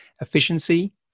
Efficiency